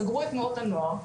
סגרו את תנועות הנוער,